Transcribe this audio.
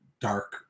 dark